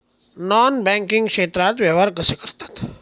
Non banking क्षेत्रात व्यवहार कसे करतात?